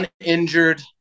uninjured